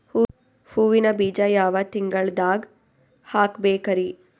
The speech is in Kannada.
ಹೂವಿನ ಬೀಜ ಯಾವ ತಿಂಗಳ್ದಾಗ್ ಹಾಕ್ಬೇಕರಿ?